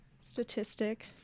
statistic